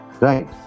Right